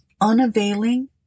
unavailing